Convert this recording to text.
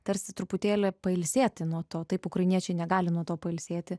tarsi truputėlį pailsėti nuo to taip ukrainiečiai negali nuo to pailsėti